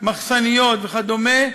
מחסניות וכדומה,